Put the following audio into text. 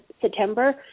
September